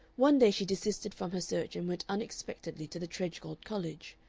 one day she desisted from her search and went unexpectedly to the tredgold college.